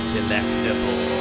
Delectable